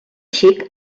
xic